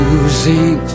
Losing